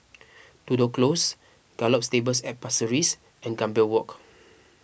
Tudor Close Gallop Stables at Pasir Ris and Gambir Walk